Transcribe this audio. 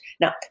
Now